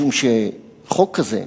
משום שחוק כזה,